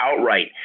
outright